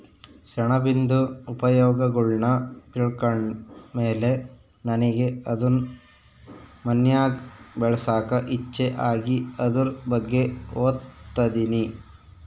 ಸೆಣಬಿಂದು ಉಪಯೋಗಗುಳ್ನ ತಿಳ್ಕಂಡ್ ಮೇಲೆ ನನಿಗೆ ಅದುನ್ ಮನ್ಯಾಗ್ ಬೆಳ್ಸಾಕ ಇಚ್ಚೆ ಆಗಿ ಅದುರ್ ಬಗ್ಗೆ ಓದ್ತದಿನಿ